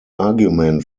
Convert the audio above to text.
argument